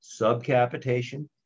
subcapitation